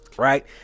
Right